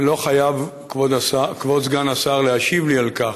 ולא חייב כבוד סגן השר להשיב לי על כך: